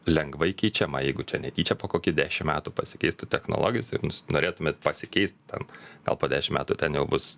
lengvai keičiama jeigu čia netyčia po kokį dešim metų pasikeistų technologijos ir norėtumėt pasikeist ten gal po dešim metų ten jau bus